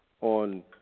on